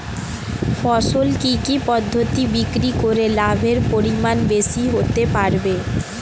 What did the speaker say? ফসল কি কি পদ্ধতি বিক্রি করে লাভের পরিমাণ বেশি হতে পারবে?